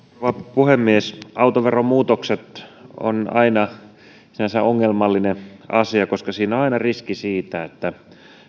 puhemies autoveron muutokset ovat aina ongelmallinen asia sinänsä koska siinä on aina riski siitä että